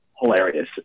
hilarious